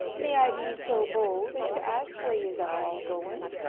may i be so bold as to ask where yez are all going?